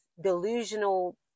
delusional